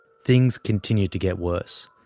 things continued to get worse.